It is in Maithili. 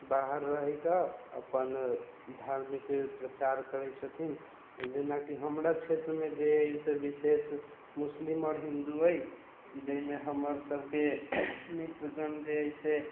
बाहर रहि कऽ अपन धार्मिक प्रचार करै छथिन जेनाकि हमरा क्षेत्रमे जे अइ से विशेष मुस्लिम आओर हिन्दू अइ जाहिमे हमरसभके मित्रगण जे अइ से